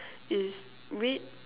it's red